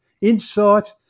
insight